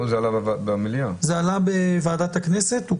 זה עלה בוועדת הכנסת --,